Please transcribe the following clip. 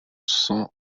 cents